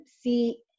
see